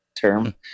term